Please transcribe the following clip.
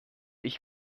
ich